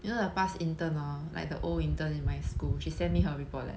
you know the past intern hor like the old intern in my school she sent me her report leh